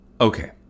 Okay